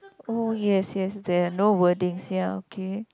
oh yes yes there are no wordings ya okay